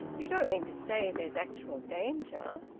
you don't mean to say there's actual danger?